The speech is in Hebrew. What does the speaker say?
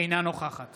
אינה נוכחת